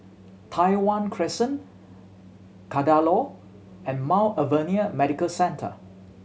Tai Hwan Crescent Kadaloor and Mount Alvernia Medical Centre